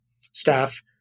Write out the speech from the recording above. staff